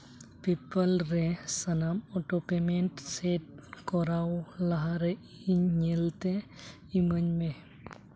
PayPal ᱨᱮ ᱥᱟᱱᱟᱢ auto payment set ᱠᱚᱨᱟᱣ ᱞᱟᱦᱟᱨᱮ ᱤᱧ ᱧᱮᱞ ᱛᱮ ᱤᱢᱟᱹᱧ ᱢᱮ